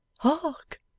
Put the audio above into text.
hark!